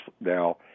now